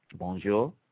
Bonjour